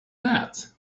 that